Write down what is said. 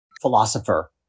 philosopher